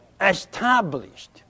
established